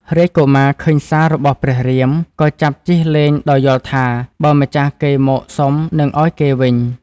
រាជកុមារឃើញសាររបស់ព្រះរាម ក៏ចាប់ជិះលេងដោយយល់ថា បើម្ចាស់គេមកសុំនឹងឱ្យគេវិញ។